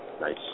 Nice